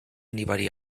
anybody